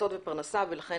הכנסות ופרנסה ולכן